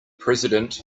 president